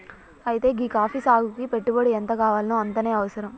అయితే గీ కాఫీ సాగుకి పెట్టుబడి ఎంతగావాల్నో అంతనే అవసరం